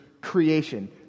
creation